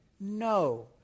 No